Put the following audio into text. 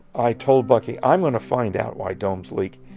i told bucky, i'm going to find out why domes leak.